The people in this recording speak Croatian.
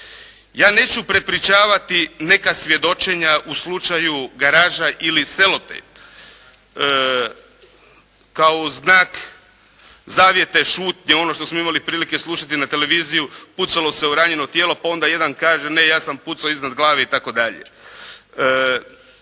Ja neću prepričavati neka svjedočenja u slučaju «Garaža» ili «Selotejp» kao znak zavjeta šutnje ono što smo imali prilike slušati na televiziji. Pucalo se u ranjeno tijelo pa onda jedan kaže: «Ne, ja sam pucao iznad glave» i tako dalje.